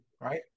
right